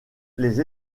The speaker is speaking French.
les